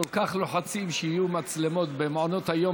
את אומרת שכל כך לוחצים שיהיו מצלמות במעונות היום,